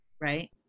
right